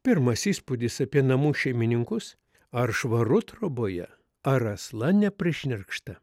pirmas įspūdis apie namų šeimininkus ar švaru troboje ar asla neprišnerkšta